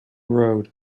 road